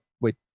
Wait